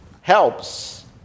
Helps